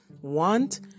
want